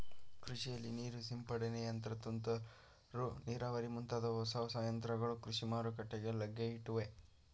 ಕೃಷಿಯಲ್ಲಿ ನೀರು ಸಿಂಪಡನೆ ಯಂತ್ರ, ತುಂತುರು ನೀರಾವರಿ ಮುಂತಾದ ಹೊಸ ಹೊಸ ಯಂತ್ರಗಳು ಕೃಷಿ ಮಾರುಕಟ್ಟೆಗೆ ಲಗ್ಗೆಯಿಟ್ಟಿವೆ